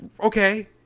Okay